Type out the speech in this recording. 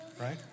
right